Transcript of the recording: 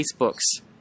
Facebook's